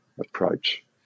approach